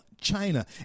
China